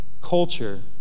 culture